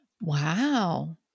Wow